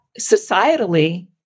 societally